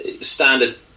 standard